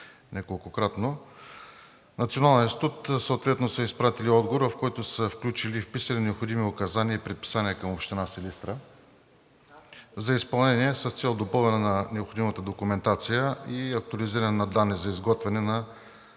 Националния институт съответно са изпратили отговор, в който са включили и вписали необходими указания и предписания към Община Силистра за изпълнение с цел допълване на необходимата документация и актуализиране на данни за изготвяне на